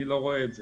אני לא רואה את זה.